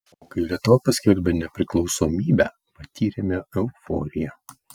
o kai lietuva paskelbė nepriklausomybę patyrėme euforiją